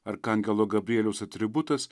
arkangelo gabrieliaus atributas